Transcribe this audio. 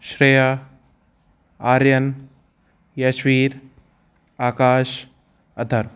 Shreya Aryan Yashveer Akash Ata